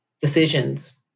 decisions